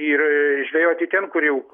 ir žvejoti ten kur jau